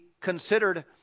considered